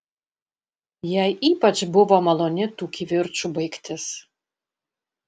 jai ypač buvo maloni tų kivirčų baigtis